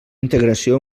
integració